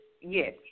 Yes